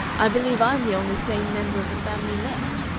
i believe i'm the only sane member of the family left.